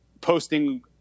posting